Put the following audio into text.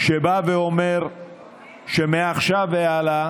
שבא ואומר שמעכשיו והלאה